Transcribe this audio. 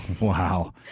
wow